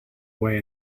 way